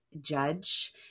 judge